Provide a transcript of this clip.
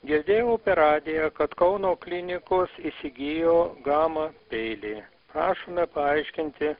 girdėjau per radiją kad kauno klinikos įsigijo gama peilį prašome paaiškinti